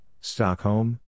Stockholm